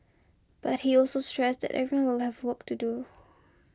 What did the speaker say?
but he also stressed that every will have work to do